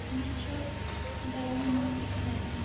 مےٚ چھُ دہلی مَنٛز اِگزام